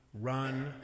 run